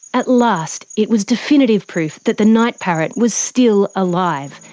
at last, it was definitive proof that the night parrot was still alive.